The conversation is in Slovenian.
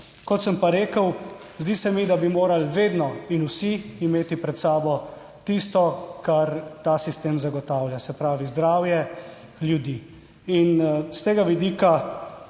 Kot sem pa rekel, zdi se mi, da bi morali vedno in vsi imeti pred sabo tisto, kar ta sistem zagotavlja, se pravi zdravje ljudi. In s tega vidika